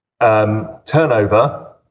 turnover